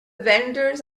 vendors